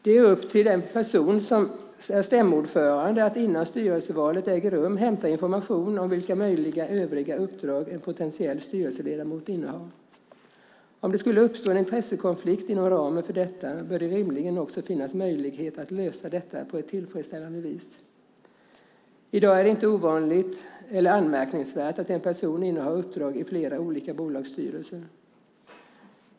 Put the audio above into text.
Det är upp till den person som är stämmoordförande att innan styrelsevalet äger rum hämta information om vilka möjliga övriga uppdrag som en potentiell styrelseledamot innehar. Om det skulle uppstå en intressekonflikt inom ramen för detta bör det rimligen också finnas möjligheter att lösa detta på ett tillfredsställande vis. I dag är det inte ovanligt eller anmärkningsvärt att en person innehar uppdrag i flera olika bolagsstyrelser.